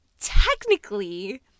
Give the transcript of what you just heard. Technically